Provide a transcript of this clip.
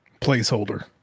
Placeholder